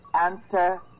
answer